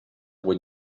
vuit